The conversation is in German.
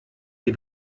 die